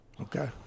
Okay